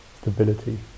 stability